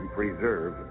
preserve